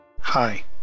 Hi